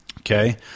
Okay